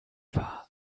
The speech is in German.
war